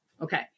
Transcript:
Okay